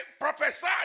prophesy